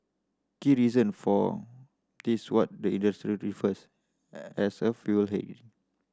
key reason for this what the industry refers as a fuel hedge